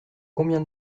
combien